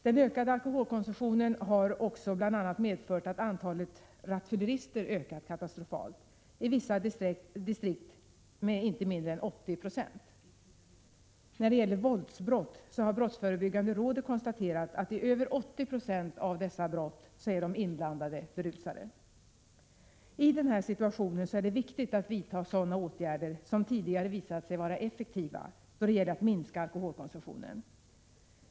Den ökade alkoholkonsumtionen har också bl.a. medfört att antalet rattfyllerister ökat katastrofalt — i vissa distrikt med inte mindre än 80 96. Vidare har brottsförebyggande rådet konstaterat att i över 80 96 av våldsbrotten är de inblandade berusade. I den här situationen är det viktigt att vidta sådana åtgärder som tidigare visat sig vara effektiva då det gäller att minska alkoholkonsumtionen.